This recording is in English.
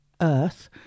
Earth